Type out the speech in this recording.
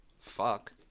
fuck